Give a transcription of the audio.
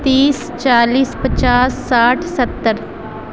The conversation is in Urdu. تیس چالیس پچاس ساٹھ ستّر